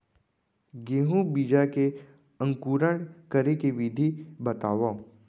गेहूँ बीजा के अंकुरण करे के विधि बतावव?